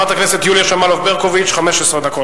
15 דקות.